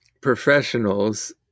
professionals